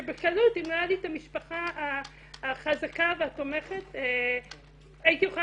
שבקלות אם לא הייתה לי את המשפחה החזקה והתומכת הייתי יכולה